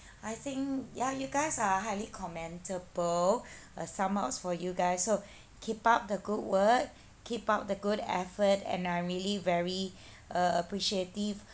I think ya you guys are highly commendable a thumbs up for you guys so keep up the good work keep up the good effort and I am really very uh appreciative